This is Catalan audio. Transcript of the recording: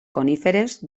coníferes